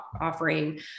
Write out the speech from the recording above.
offering